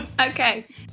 Okay